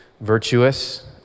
virtuous